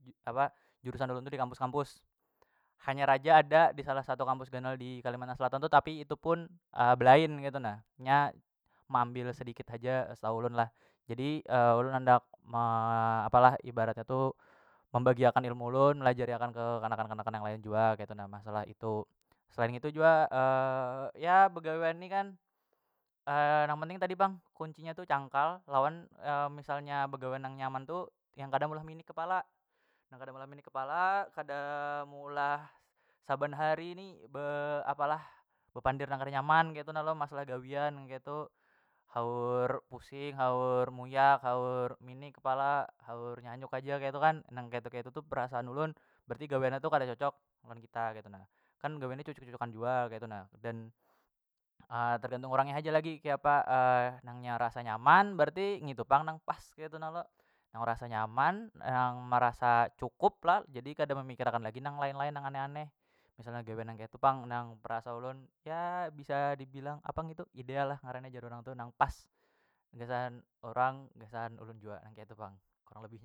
Apa jurusan ulun tu dikampus- kampus hanyar aja ada disalah satu kampus ganal di kalimantan selatan tu tapi itu pun belain ketu na, nya meambil sedikit haja setau ulun lah jadi ulun andak me apa lah ibaratnya tu membagi ilmu ulun melajari akan ke kanakan- kanakan lain jua ketu na masalah itu. Selain itu jua ya begawian ni kan nang penting tadi pang kunci nya tu cangkal lawan misalnya begawian nang nyaman tu yang kada meulah mini kepala na kada meulah saban hari ni be apa lah bepandir yang kada nyaman ketu na lo masalah gawian nang ketu haur pusing haur munyak haur minik kepala haur nyanyuk haja ketu kan nang ketu ketu tu perasaan ulun berarti gawian nya tu kada cocok lawan kita ketu na, kan gawian ni cucuk- cucukan jua ketu na dan tergantung urang nya haja lagi kiapa nang nya rasa nyaman berarti ngitu pang nang pas ketu na lo, nang rasa nyaman nang merasa cukup lo jadi kada memikir akan lagi nang lain- lain nang aneh aneh misalnya gawian nang ketu pang nang perasa ulun ya bisa dibilang apa ngitu ideal lah ngarannya jar urang tu nang pas gasan urang gasan ulun jua nang ketu pang kurang lebihnya.